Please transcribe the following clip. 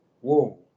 whoa